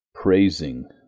Praising